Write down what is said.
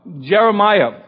Jeremiah